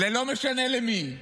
לא משנה למי,